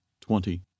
twenty